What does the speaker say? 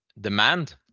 demand